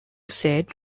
said